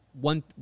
one